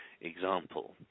example